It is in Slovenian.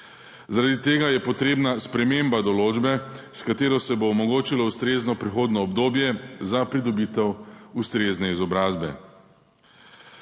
Zaradi tega je potrebna sprememba določbe, s katero se bo omogočilo ustrezno prehodno obdobje za pridobitev ustrezne izobrazbe.